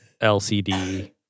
LCD